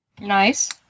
Nice